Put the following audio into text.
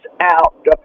out